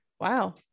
wow